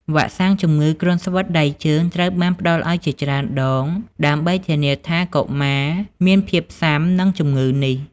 វ៉ាក់សាំងជំងឺគ្រុនស្វិតដៃជើងត្រូវបានផ្តល់ឱ្យជាច្រើនដង ដើម្បីធានាថាកុមារមានភាពស៊ាំនឹងជម្ងឺនេះ។